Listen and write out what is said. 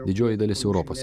didžioji dalis europos